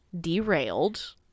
derailed